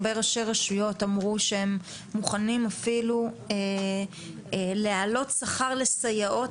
הרבה ראשי רשויות אמרו שהם מוכנים אפילו להעלות שכר לסייעות